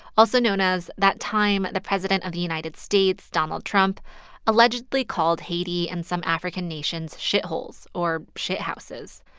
also known as that time the president of the united states donald trump allegedly called haiti and some african nations shitholes or shit-houses.